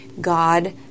God